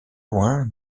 loin